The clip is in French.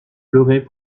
pleuré